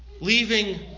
leaving